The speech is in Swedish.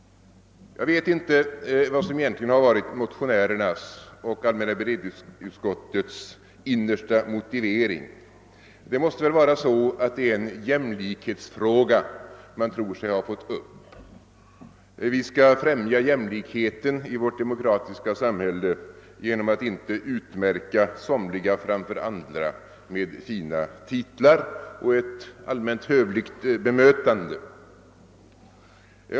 Jag vet inte vad som egentligen har varit motionärernas och allmänna beredningsutskottets innersta motivering. Det måste väl vara så att man tror sig ha fått upp en jämlikhetsfråga. Vi skall främja jämlikheten i vårt demokratiska samhälle genom att inte utmärka somliga framför andra med fina titlar och ett allmänt hövligt bemötande.